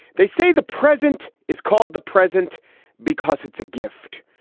they say the present is called the present because it's a gift,